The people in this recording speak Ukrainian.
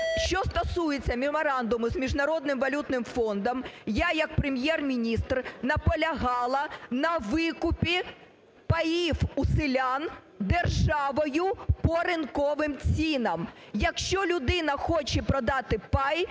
Що стосується меморандуму з Міжнародним валютним фондом, я як Прем'єр-міністр наполягала на викупі паїв у селян державою по ринковим цінам. Якщо людина хоче продати пай,